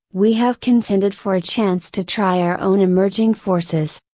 we have contended for a chance to try our own emerging forces.